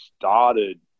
started